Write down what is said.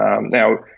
Now